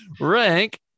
Rank